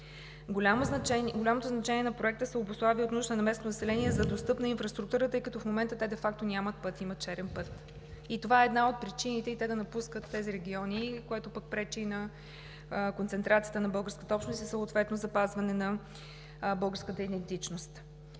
Голямото значение на Проекта се обуславя от нуждата на местното население за достъпна инфраструктура, тъй като в момента де факто нямат път – имат черен път. Това е една от причините те да напускат тези региони, което пък пречи на концентрацията на българската общност и съответно запазване на българската идентичност.